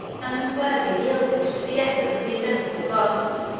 and the suevi, yielded to the efforts of the invincible goths.